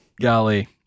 Golly